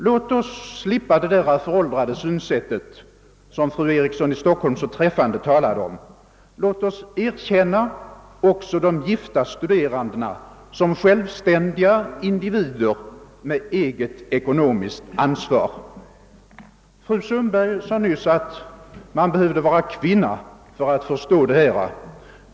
Låt oss slippa det föråldrade synsätt som fru Eriksson i Stockholm så träffande beskrev. Låt oss erkänna också de gifta studenterna som självständiga individer med eget ekonomiskt ansvar. Fru Sundberg sade nyss att man måste vara kvinna för att förstå detta.